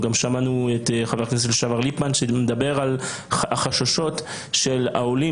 אנחנו גם שמענו את חבר הכנסת לשעבר ליפמן שמדבר על החששות של העולים